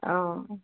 অঁ